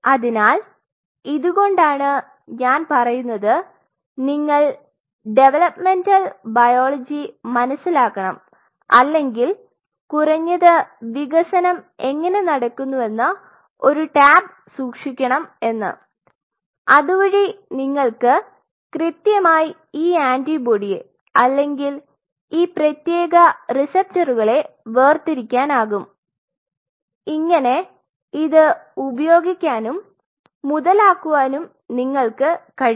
അതിനാൽ ഇതുകൊണ്ടാണ് ഞാൻ പറയുന്നത് നിങ്ങൾ ടെവേലോപ്മെന്റൽ ബയോളജി മനസിലാക്കണം അല്ലെങ്കിൽ കുറഞ്ഞത് വികസനം എങ്ങനെ നടക്കുന്നുവെന്ന് ഒരു ടാബ് സൂക്ഷിക്കണം എന്ന് അതുവഴി നിങ്ങൾക്ക് കൃത്യമായി ഈ ആന്റിബോഡിയെ അല്ലെങ്കിൽ ഈ പ്രത്യേക റിസപ്റ്ററുകളെ വേർതിരിക്കാനാകും ഇങ്ങനെ അത് ഉപയോഗിക്കാനും മുതലാക്കുവാനും നിങ്ങൾക് കഴിയും